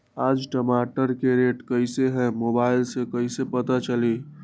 आज टमाटर के रेट कईसे हैं मोबाईल से कईसे पता चली?